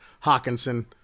Hawkinson